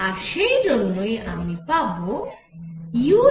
আর সেই জন্যই আমি পাবো uΔλT14uλΔλT24